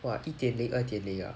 !wah! 一点零二点零 ah